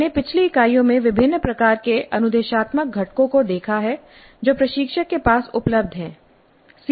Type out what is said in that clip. हमने पिछली इकाइयों में विभिन्न प्रकार के अनुदेशात्मक घटकों को देखा है जो प्रशिक्षक के पास उपलब्ध हैं